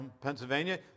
Pennsylvania